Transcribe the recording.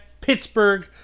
Pittsburgh